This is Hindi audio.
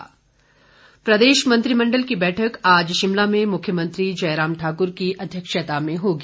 मंत्रिमंडल बैठक प्रदेश मंत्रिमडल की बैठक आज शिमला में मुख्यमंत्री जयराम ठाक्र की अध्यक्षता में होगी